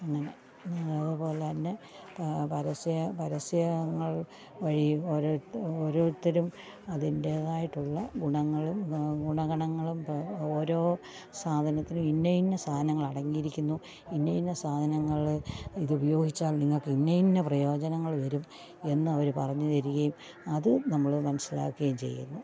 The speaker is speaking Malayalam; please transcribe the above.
അങ്ങനെ അതുപോലെ തന്നെ പരസ്യം പരസ്യങ്ങള് വഴിയും ഓരോരു ഓരോരുത്തരും അതിന്റേതായിട്ടുള്ള ഗുണങ്ങളും ഗുണഗണങ്ങളും ഓരോ സാധനത്തിനും ഇന്നയിന്ന സാനങ്ങളടങ്ങിയിരിക്കുന്നു ഇന്നയിന്ന സാധനങ്ങൾ ഇത് ഉപയോഗിച്ചാല് നിങ്ങൾക്ക് ഇന്നയിന്ന പ്രയോജനങ്ങൾ വരും എന്ന് അവർ പറഞ്ഞു തരികേം അത് നമ്മൾ മനസ്സിലാക്കേം ചെയ്യുന്നു